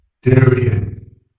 Darian